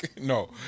No